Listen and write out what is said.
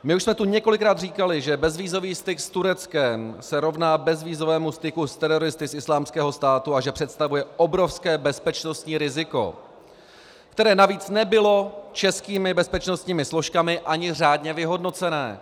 My už jsme tu několikrát říkali, že bezvízový styk s Tureckem se rovná bezvízovému styku s teroristy z Islámského státu a že představuje obrovské bezpečnostní riziko, které navíc nebylo českými bezpečnostními složkami ani řádně vyhodnocené.